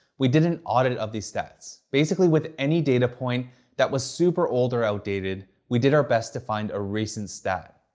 we did an audit of these stats. basically, with any data point that was super old or outdated, we did our best to find a recent stat.